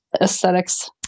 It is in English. aesthetics